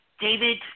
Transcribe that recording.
David